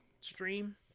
stream